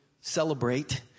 celebrate